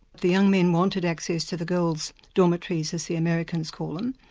the young men wanted access to the girls' dormitories, as the americans call them,